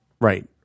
Right